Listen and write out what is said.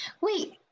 Wait